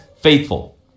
faithful